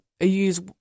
use